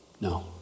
No